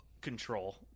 control